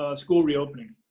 ah school reopening.